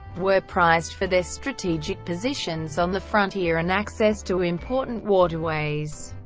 were prized for their strategic positions on the frontier and access to important waterways.